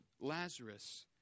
Lazarus